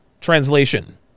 Translation